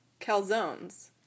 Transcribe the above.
Calzones